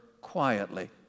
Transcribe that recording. quietly